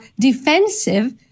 defensive